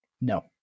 No